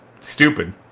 stupid